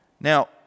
Now